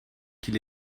qu’il